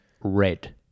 Red